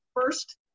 first